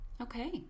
Okay